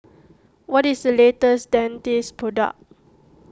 what is the latest Dentiste product